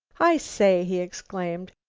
i say, he exclaimed,